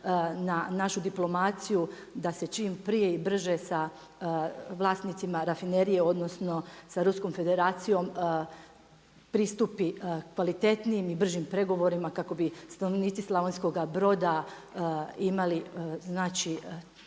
na našu diplomaciju da se čim prije i brže sa vlasnicima rafinerije odnosno sa Ruskom federacijom pristupi kvalitetnijem i bržim pregovorima kako bi stanovnici Slavonskoga Broda imali puno